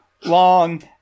long